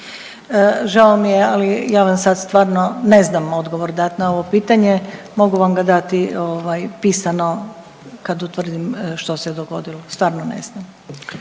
Žao mi je ali ja vam stvarno ne znam odgovor dat na ovo pitanje, mogu vam dati pisano kad utvrdim što se dogodilo. Stvarno ne znam.